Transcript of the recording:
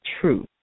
true